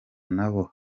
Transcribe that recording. nabo